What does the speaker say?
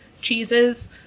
cheeses